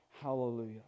hallelujah